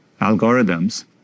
algorithms